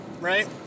Right